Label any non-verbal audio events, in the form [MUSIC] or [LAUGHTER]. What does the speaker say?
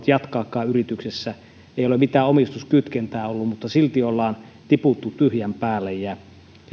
[UNINTELLIGIBLE] jatkaakaan yrityksessä ei ole mitään omistuskytkentää ollut mutta silti on tiputtu tyhjän päälle ja